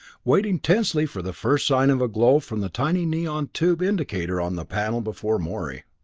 waiting tensely for the first sign of a glow from the tiny neon tube indicator on the panel before morey.